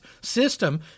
System